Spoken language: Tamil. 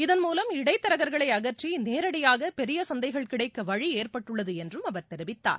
இதன் மூலம் இடைத்தரகர்களை அகற்றி நேரடியாக பெரிய சந்தைகள் கிடைக்க வழி ஏற்பட்டுள்ளது என்றும் அவர் தெரிவித்தார்